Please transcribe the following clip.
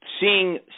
seeing